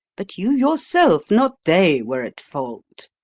but you yourself, not they, were at fault.